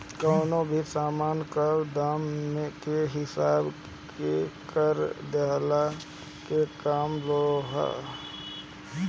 कवनो भी सामान कअ दाम के हिसाब से कर लेहला के काम होला